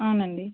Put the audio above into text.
అవునండి